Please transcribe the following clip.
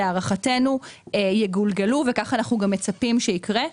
להערכתנו יגולגלו וכך אנחנו גם מצפים שיקרה,